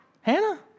Hannah